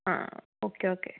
ആ okay okay